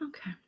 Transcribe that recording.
Okay